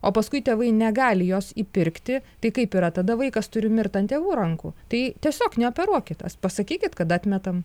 o paskui tėvai negali jos įpirkti tai kaip yra tada vaikas turi mirt ant tėvų rankų tai tiesiog ne operuokit pasakykit kad atmetam